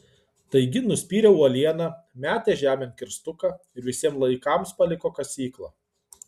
taigi nuspyrė uolieną metė žemėn kirstuką ir visiems laikams paliko kasyklą